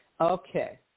Okay